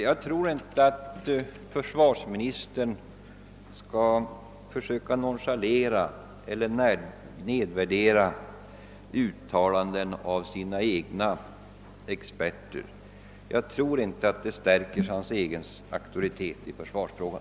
Jag tycker inte att försvarsministern skall nonchalera eller försöka nedvärdera uttalanden av sina egna experter. Jag tror inte att det stärker hans egen auktoritet i försvarsfrågan.